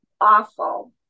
awful